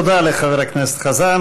תודה לחבר הכנסת חזן.